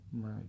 Right